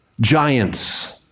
Giants